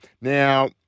Now